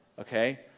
okay